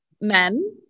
men